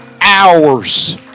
hours